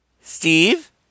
Steve